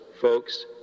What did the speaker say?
folks